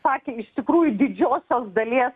sakė iš tikrųjų didžiosios dalies